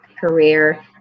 career